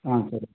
ஆ சரி